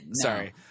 Sorry